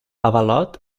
avalot